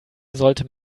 sollte